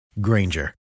Granger